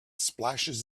splashes